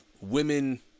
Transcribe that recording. women